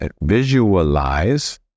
visualize